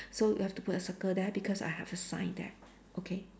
so you have to put a circle there because I have a sign there okay